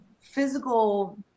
physical